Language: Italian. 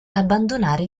abbandonare